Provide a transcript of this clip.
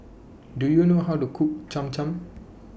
Do YOU know How to Cook Cham Cham